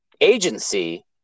agency